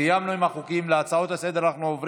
סיימנו עם החוקים, עוברים